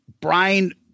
Brian